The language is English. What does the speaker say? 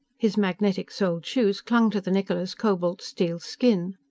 his magnetic-soled shoes clung to the niccola's cobalt-steel skin.